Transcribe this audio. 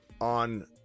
on